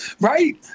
Right